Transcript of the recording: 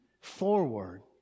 forward